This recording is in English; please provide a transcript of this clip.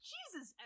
Jesus